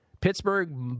Pittsburgh